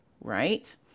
right